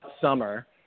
summer